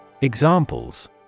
Examples